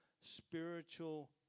spiritual